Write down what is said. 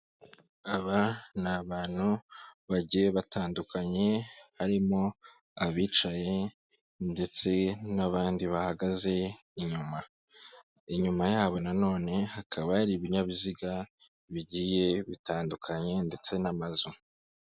Aba ni abantu bagiye batandukanye, harimo abicaye ndetse n'abandi bahagaze inyuma, inyuma yabo na none hakaba hari ibinyabiziga bigiye bitandukanye ndetse n'amazu.